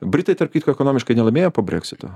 britai tarp kitko ekonomiškai nelaimėjo po brexito